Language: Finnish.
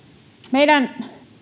meidän